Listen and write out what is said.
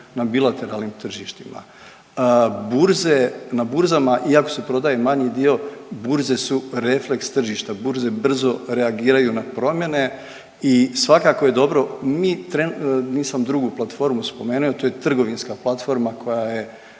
na bilateralnim tržištima. Burze, na burzama iako se prodaje manji dio, burze su refleks tržišta, burze brzo reagiraju na promjene i svakako je dobro, mi trenutno, nisam drugu platformi spomenuo, to je trgovinska platforma koja je